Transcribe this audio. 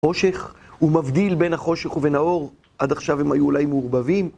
חושך הוא מבדיל בין החושך ובין האור, עד עכשיו הם היו אולי מעורבבים.